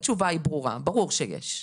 התשובה ברורה ברור שיש.